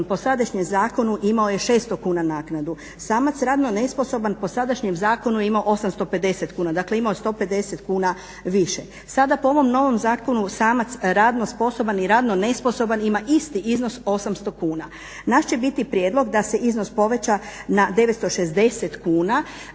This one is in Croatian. po sadašnjem zakonu imao je 600 kuna naknadu, samac radno nesposoban po sadašnjem zakonu imao je 850 kuna, dakle imao je 150 kuna više. Sada po ovom novom zakonu samac radno sposoban i radno nesposoban ima isti iznos 800 kuna. Naš će biti prijedlog da se iznos poveća na 960 kuna